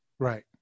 Right